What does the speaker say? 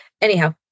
Anyhow